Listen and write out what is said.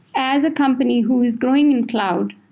as a company who is growing in cloud,